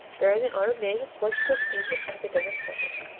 bearing the honored name of portugal's ancient academic center.